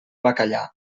bacallà